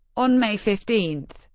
on may fifteen,